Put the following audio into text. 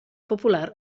popular